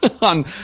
on